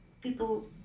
people